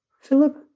Philip